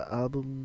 album